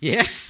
Yes